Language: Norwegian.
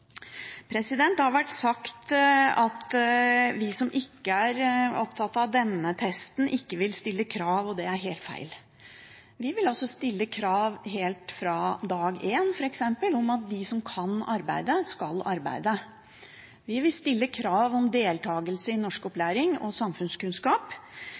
Det har vært sagt at vi som ikke er opptatt av denne testen, ikke vil stille krav. Det er helt feil. Vi vil også stille krav helt fra dag én, f.eks. om at de som kan arbeide, skal arbeide. Vi vil stille krav om deltakelse i opplæring i norsk og samfunnskunnskap,